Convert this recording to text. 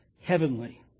heavenly